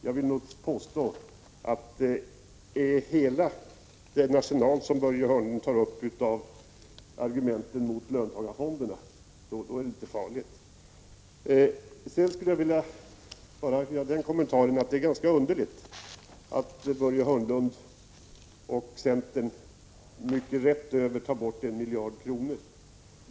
Jag vill nog påstå att är hela den arsenal av argument som Börje Hörnlund använder mot löntagarfonderna av den kalibern, då är det inte farligt. Sedan skulle jag vilja göra den kommentaren att det är ganska underligt att Börje Hörnlund och centern rätt över tar bort en miljard kronor.